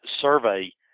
survey